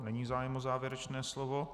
Není zájem o závěrečné slovo.